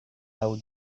lau